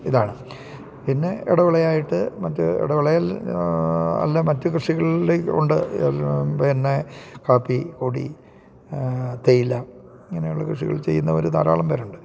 ഇതാണ് പിന്നെ ഇടവിളയായിട്ട് മറ്റ് ഇടവിളയിൽ അല്ല മറ്റ് കൃഷികളിൽ ഉണ്ട് പിന്നെ കാപ്പി കൊടി തേയില ഇങ്ങനെയുള്ള കൃഷികൾ ചെയ്യുന്നവർ ധാരാളം പേരുണ്ട്